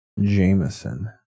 Jameson